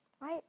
Right